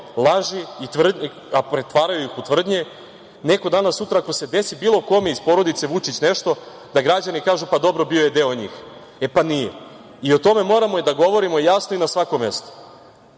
laži, a pretvaraju ih u tvrdnje, neko danas, sutra ako se desi bilo kome iz porodice Vučić da građani kažu – dobro, bio je deo njih. E, pa nije. O tome moramo da govorimo jasno i na svakom